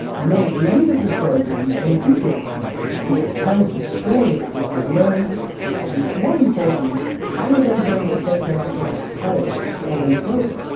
and then at the end of the program they do give a pitch, and it tells the story about what they've learned and, more importantly, how are they going to take their ideas forward following the program.